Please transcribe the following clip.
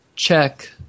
check